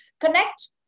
connect